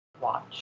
Watch